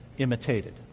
imitated